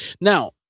Now